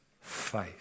faith